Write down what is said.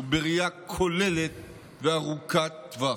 ובראייה כוללת וארוכת טווח.